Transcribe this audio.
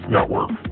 Network